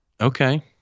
Okay